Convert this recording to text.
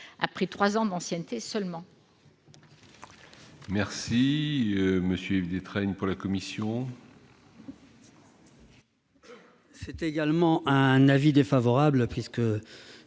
avec trois ans d'ancienneté seulement.